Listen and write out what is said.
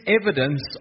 evidence